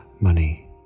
Money